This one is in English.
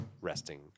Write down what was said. resting